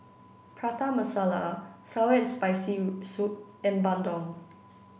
Prata Masala Sour and Spicy Soup and Bandung